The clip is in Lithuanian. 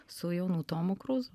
su jaunu tomu kruzu